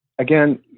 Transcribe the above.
Again